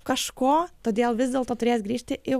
kažko todėl vis dėlto turės grįžti į